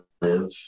live